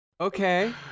Okay